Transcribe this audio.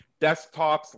desktops